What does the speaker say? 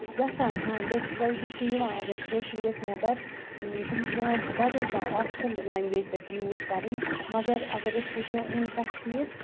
چھِ گژھان ہاں ڈِفکَلٹی چھِ یِوان اگر کٲشُر گژھِ نٮ۪بَر تٔمِس چھِ پیٚوان بَدَل کانٛہہ آفِشَل لٮ۪نٛگویج تَتہِ یوٗز کَرٕنۍ مگر اگر أسۍ وٕچھو اِن کشمیٖر